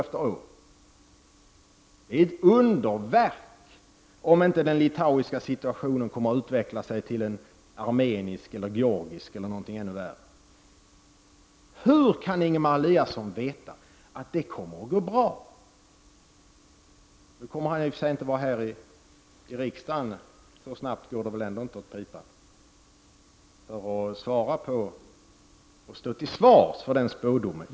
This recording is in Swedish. Det är ett underverk om inte den litauiska situationen kommer att utvecklas till en armenisk eller georgisk situation — eller någonting ännu värre. Hur kan Ingemar Eliasson veta att det kommer att gå bra? Nu kommer han i och för sig inte att vara kvar här i riksdagen för att stå till svars för den spådomen — så snabbt går det väl ändå inte åt pipan.